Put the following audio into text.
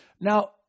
Now